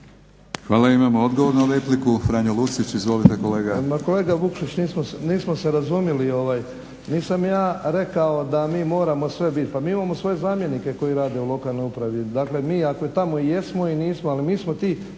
Hvala. Imamo odgovor na repliku, Franjo Lucić. Izvolite kolega. **Lucić, Franjo (HDZ)** Ma kolega Vukšić, nismo se razumjeli. Nisam ja rekao da mi moramo sve bit, pa mi imamo svoje zamjenike koji rade u lokalnoj upravi. Dakle mi, ako tamo jesmo i nismo, ali mi smo ta